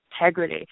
integrity